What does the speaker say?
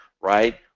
right